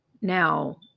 Now